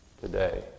today